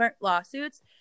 lawsuits